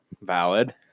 Valid